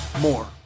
more